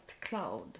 cloud